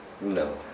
No